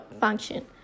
function